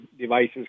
devices